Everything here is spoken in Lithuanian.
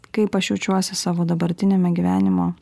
kaip aš jaučiuosi savo dabartiniame gyvenimo